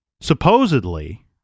Supposedly